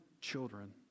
children